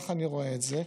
ככה אני רואה את זה.